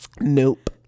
nope